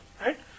right